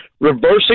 Reversing